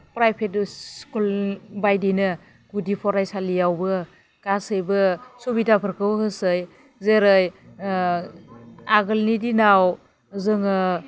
private school बायदिनो गुदि फरायसालियावबो गासैबो सुबिदाफोरखौ होसै जेरै आगोलनि दिनाव जोङो